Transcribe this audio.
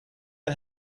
and